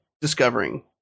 discovering